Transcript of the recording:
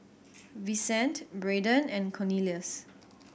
Vicente Braedon and Cornelius